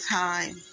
time